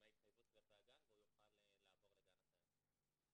מההתחייבות כלפי הגן והוא יוכל לעבור לגן אחר.